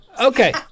Okay